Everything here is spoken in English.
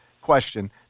Question